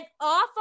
off